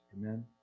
Amen